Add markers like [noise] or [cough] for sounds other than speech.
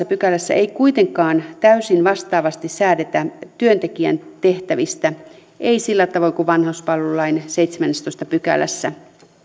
[unintelligible] pykälässä ei kuitenkaan täysin vastaavasti säädetä työntekijän tehtävistä ei sillä tavoin kuin vanhuspalvelulain seitsemännessätoista pykälässä